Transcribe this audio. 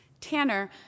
Tanner